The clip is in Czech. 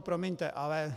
Promiňte, ale